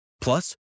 Plus